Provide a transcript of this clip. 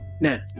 Now